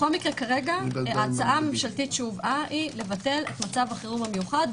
כרגע ההצעה הממשלתית שהובאה היא לבטל את מצב החירום המיוחד.